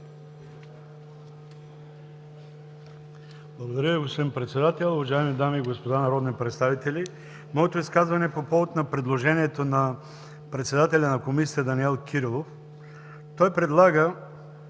Благодаря Ви, господин Председател. Уважаеми дами и господа народни представители! Моето изказване е по повод предложението на председателя на Комисията Данаил Кирилов. Той предлага: